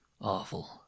Awful